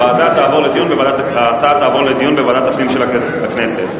ההצעה נתקבלה בקריאה טרומית.